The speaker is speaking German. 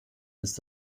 ist